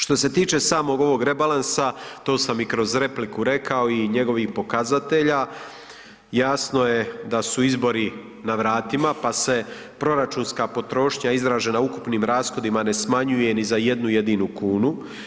Što se tiče samog ovog rebalansa, to sam i kroz repliku rekao i njegovih pokazatelja, jasno je da su izbori na vratima pase proračunska potrošnja izražena ukupnim rashodima ne smanjuje ni za jednu jedinu kunu.